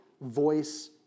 voice